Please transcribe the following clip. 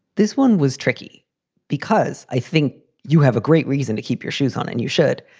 this one was tricky because i think you have a great reason to keep your shoes on and you should.